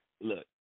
Look